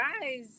guys